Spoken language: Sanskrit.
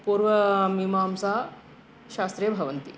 पूर्वमीमांसाशास्त्रे भवन्ति